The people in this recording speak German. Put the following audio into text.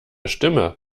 stimme